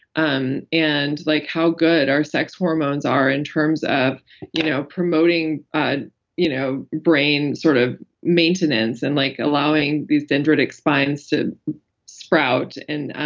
um and like how good our sex hormones are in terms of you know promoting ah you know brain sort of maintenance and like allowing these dendritic spines to sprout